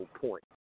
point